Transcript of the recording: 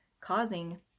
causing